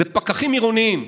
זה פקחים עירוניים.